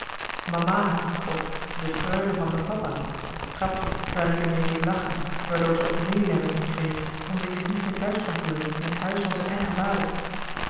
màmma of de freule van me pàppa t grapje waar-ie d'er mee dee lachen waardoor ze ook meelij met em kreeg omdat ie zich niet meer thuis kon voelen in het huis van z'en eigen vader